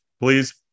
please